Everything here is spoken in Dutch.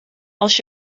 als